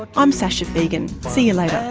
but i'm sasha fegan, see you like yeah